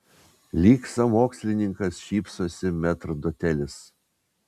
lyg sąmokslininkas šypsosi metrdotelis